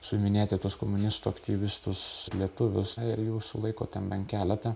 suiminėti tuos komunistų aktyvistus lietuvius ir jų sulaiko ten bent keletą